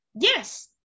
Yes